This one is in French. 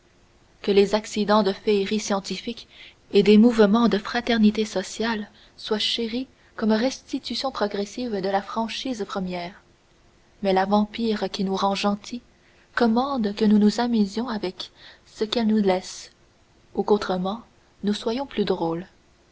que les accidents de féerie scientifique et des mouvements de fraternité sociale soient chéris comme restitution progressive de la franchise première mais la vampire qui nous rend gentils commande que nous nous amusions avec ce qu'elle nous laisse ou qu'autrement nous soyons plus drôles